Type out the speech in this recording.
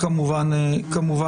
כמובן.